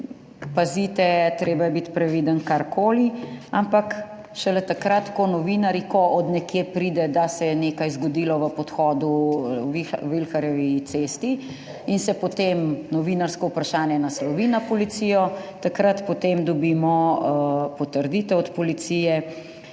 pazite, treba je biti previden, karkoli, ampak šele takrat, ko novinarji, ko od nekje pride, da se je nekaj zgodilo v podhodu, Vilharjevi cesti in se potem novinarsko vprašanje naslovi na policijo, takrat potem dobimo potrditev od policije,